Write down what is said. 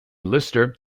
lister